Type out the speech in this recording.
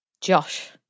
Josh